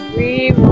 the